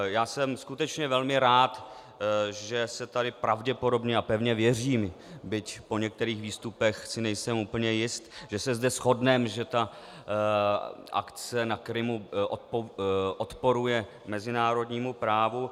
Já jsem skutečně velmi rád, že se tady pravděpodobně, a pevně věřím, byť po některých výstupech si nejsem úplně jist, že se zde shodneme, že ta akce na Krymu odporuje mezinárodnímu právu.